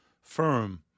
firm